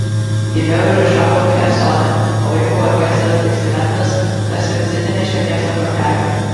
gimiau ir išaugau chersone o vaikų orkestras diksilendas tarsi vizitinė šio miesto kortelė